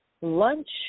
lunch